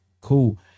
Cool